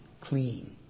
clean